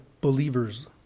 believers